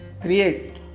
create